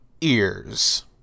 ears